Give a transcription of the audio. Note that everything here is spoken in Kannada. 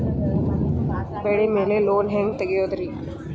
ಬೆಳಿ ಮ್ಯಾಲೆ ಲೋನ್ ಹ್ಯಾಂಗ್ ರಿ ತೆಗಿಯೋದ?